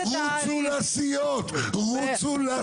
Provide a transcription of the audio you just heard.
הישיבה ננעלה בשעה 14:00.